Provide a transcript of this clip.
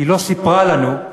היא לא סיפרה לנו,